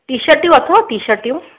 टीशटियूं अथव टीशटियूं